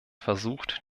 versucht